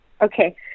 okay